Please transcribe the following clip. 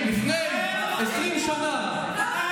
לפני 20 שנה,